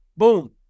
Boom